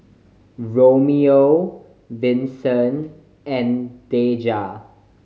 Romeo Vinson and Deja